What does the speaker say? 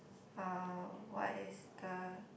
uh what is the